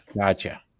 Gotcha